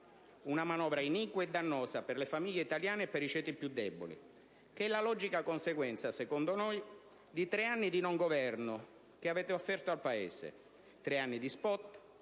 una manovra iniqua e dannosa per le famiglie italiane e per i ceti più deboli, e che è la logica conseguenza, secondo noi, di tre anni di non governo che avete offerto al Paese: tre anni di *spot*,